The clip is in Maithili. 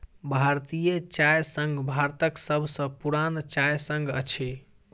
भारतीय चाय संघ भारतक सभ सॅ पुरान चाय संघ अछि